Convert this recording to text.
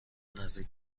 نزدیک